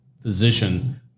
physician